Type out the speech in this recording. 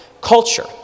culture